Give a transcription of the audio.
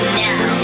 now